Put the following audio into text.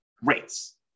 rates